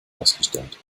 ausgestellt